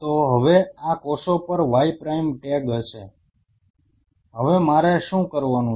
તો હવે આ કોષો પર Y પ્રાઇમ ટેગ હશે હવે મારે શું કરવાનું છે